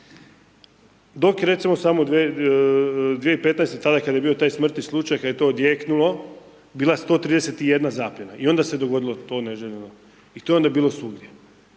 dok recimo samo 2015., tada kad je bio taj smrtni slučaj, kad je to odjeknulo, bila 131 zapljena i onda s dogodilo to neželjeno i tu je onda bilo svugdje